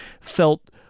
felt